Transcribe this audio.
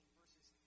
verses